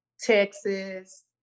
Texas